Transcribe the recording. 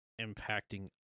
impacting